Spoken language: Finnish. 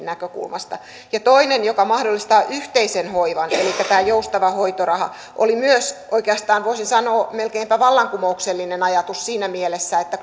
näkökulmasta toinen joka mahdollistaa yhteisen hoivan on tämä joustava hoitoraha ja se oli oikeastaan voisi sanoa melkeinpä vallankumouksellinen ajatus siinä mielessä että